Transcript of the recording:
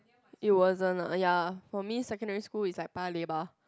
it wasn't ah ya for me secondary school is like Paya-Lebar